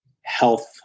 health